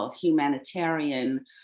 humanitarian